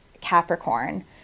capricorn